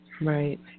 Right